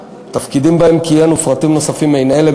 תפקידים שבהם כיהן ופרטים נוספים מעין אלה,